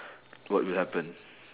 what will happen